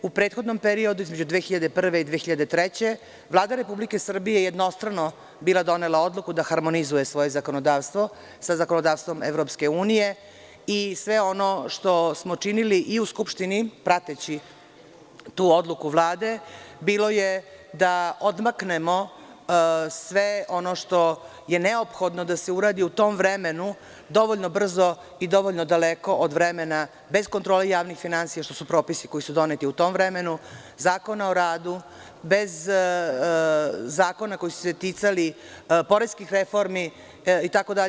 U prethodnom periodu između 2001. i 2003. godine, Vlada Republike Srbije jednostrano je donela odluku da harmonizuje svoje zakonodavstvo sa zakonodavstvom EU i sve ono što smo činili i u Skupštini, prateći tu odluku Vlade, bilo je da odmaknemo sve ono što je neophodno da se uradi u tom vremenu dovoljno brzo i dovoljno daleko od vremena bez kontrole javnih finansija, što su propisi koji su doneti u tom vremenu, Zakona o radu bez zakona koji su se ticali poreskih reformi itd.